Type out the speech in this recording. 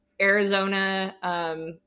Arizona